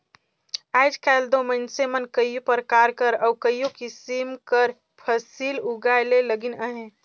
आएज काएल दो मइनसे मन कइयो परकार कर अउ कइयो किसिम कर फसिल उगाए में लगिन अहें